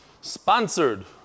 Sponsored